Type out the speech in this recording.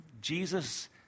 Jesus